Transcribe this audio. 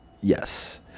yes